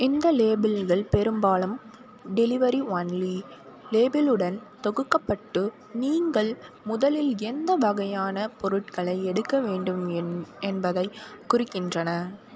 இந்த லேபிள்கள் பெரும்பாலும் டெலிவரி ஒன்லி லேபிளுடன் தொகுக்கப்பட்டு நீங்கள் முதலில் எந்த வகையான பொருட்களை எடுக்க வேண்டும் என்பதைக் குறிக்கின்றன